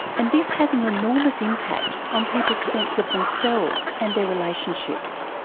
and this has an enormous impact on people's sense of themselves and their relationships.